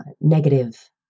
negative